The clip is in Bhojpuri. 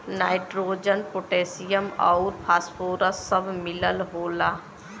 नाइट्रोजन पोटेशियम आउर फास्फोरस सब मिलल होला